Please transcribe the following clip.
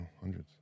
hundreds